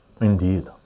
Indeed